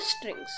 strings